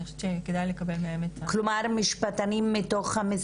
אני חושבת שכדאי לקבל מהם את ה- -- כלומר משפטנים מתוך המשרד?